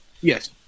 Yes